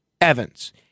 Evans